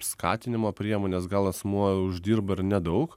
skatinimo priemonės gal asmuo uždirba ir nedaug